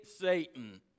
Satan